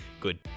good